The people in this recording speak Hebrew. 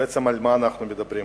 בעצם על מה אנחנו מדברים?